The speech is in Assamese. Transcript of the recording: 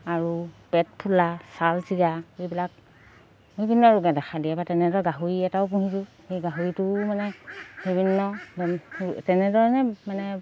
আৰু পেট ফুলা ছাল ছিগা এইবিলাক বিভিন্ন ৰোগে দেখা দিয়ে বা তেনেদৰে গাহৰি এটাও পুহিলো সেই গাহৰিটোও মানে বিভিন্ন তেনেধৰণে মানে